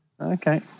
Okay